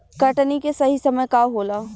कटनी के सही समय का होला?